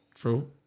True